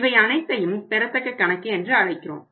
இவை அனைத்தையும் பெறத்தக்க கணக்கு என்று அழைக்கிறோம்